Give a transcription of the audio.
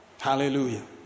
Hallelujah